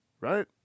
right